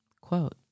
quote